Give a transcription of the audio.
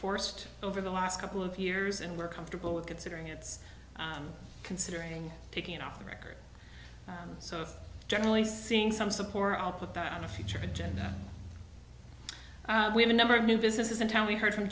forced over the last couple of years and we're comfortable with considering it's considering taking it off the record so generally seeing some support i'll put that on a future agenda we have a number of new businesses in town we heard from